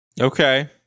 Okay